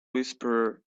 whisperer